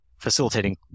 facilitating